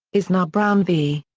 is now brown v.